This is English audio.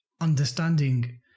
understanding